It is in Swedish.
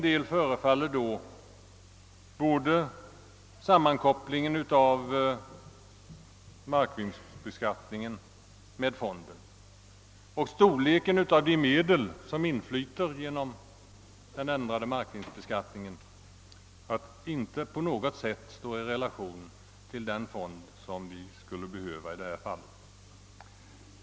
Det förefaller alltså som om både sammankopplingen av markvinstbeskattningen med fonden och storleken av de medel som inflyter genom den ändrade markvinstbeskattningen inte står i relation till den fond vi skulle behöva i detta fall. Herr talman!